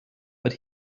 but